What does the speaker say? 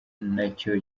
nacyo